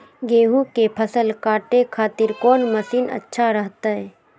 गेहूं के फसल काटे खातिर कौन मसीन अच्छा रहतय?